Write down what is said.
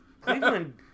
Cleveland